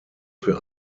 für